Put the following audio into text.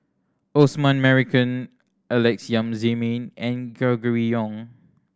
Osman Merican Alex Yam Ziming and Gregory Yong